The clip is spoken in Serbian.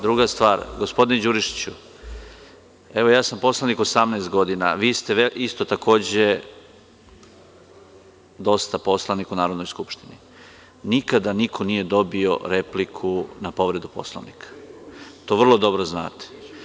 Druga stvar, gospodine Đurišiću, evo, ja sam poslanik 18 godina, a i vi ste takođe dugo poslanik u Narodnoj skupštini, nikada niko nije dobio repliku na povredu Poslovnika. (Marko Đurišić, s mesta: Gde to piše?) To vrlo dobro znate.